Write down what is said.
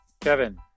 Kevin